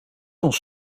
ons